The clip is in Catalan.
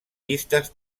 llistes